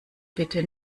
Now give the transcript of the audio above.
bitte